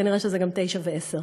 כנראה זה גם 21:00 ו-22:00.